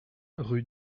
rue